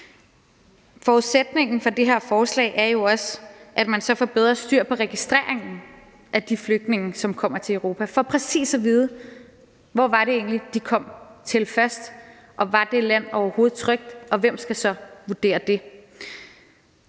Forudsætningen for det her forslag er jo også, at man så får bedre styr på registreringen at de flygtninge, som kommer til Europa, for præcis at vide, hvor det egentlig var, de kom til først, og om det land overhovedet var trygt – og hvem skal så vurdere det?